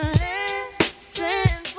listen